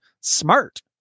smart